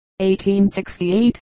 1868